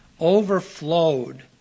overflowed